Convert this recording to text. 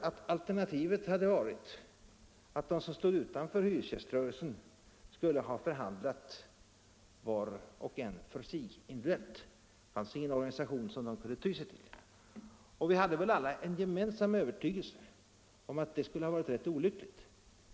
Alternativet hade varit att de som står utanför hyresgäströrelsen skulle ha förhandlat var och en för sig. Det fanns ingen organisation som de kunde ty sig till. Vi hade väl alla en gemensam övertygelse om att det skulle ha varit olyckligt.